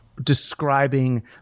describing